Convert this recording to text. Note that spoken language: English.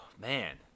man